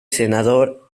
senador